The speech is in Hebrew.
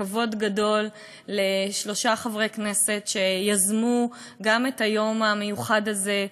כבוד גדול לשלושת חברי הכנסת שיזמו את היום המיוחד הזה,